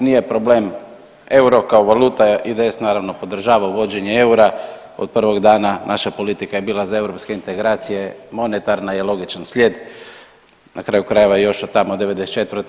Nije problem euro kao valuta, IDS naravno podržava uvođenje eura od prvog dana naša politika je bila za europske integracije monetarna i logičan slijed, na kraju krajeva još od tamo '94.